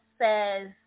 says